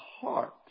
heart